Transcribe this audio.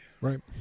Right